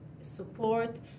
support